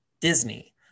Disney